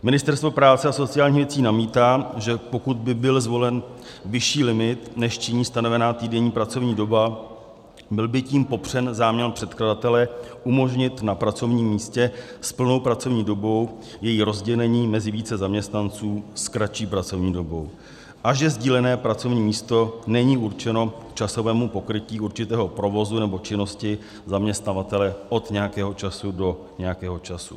Ministerstvo práce a sociálních věcí namítá, že pokud by byl zvolen vyšší limit, než činí stanovená týdenní pracovní doba, byl by tím popřen záměr předkladatele umožnit na pracovním místě s plnou pracovní dobou její rozdělení mezi více zaměstnanců s kratší pracovní dobou, a že sdílené pracovní místo není určeno k časovému pokrytí určitého provozu nebo činnosti zaměstnavatele od nějakého času do nějakého času.